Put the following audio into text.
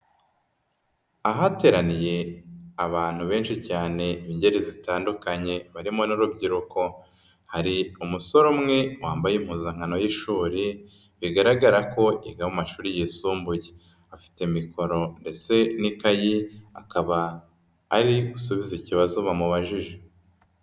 Ahateraniye abantu benshi cyane ingeri zitandukanye barimo n'urubyiruko, hari umusore umwe wambaye impuzankano y'ishuri bigaragara ko yiga mu mashuri yisumbuye, afite mikoro ndetse n'ikayi akaba ari gusubiza ikibazo bamubajije.